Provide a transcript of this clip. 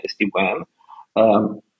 SD-WAN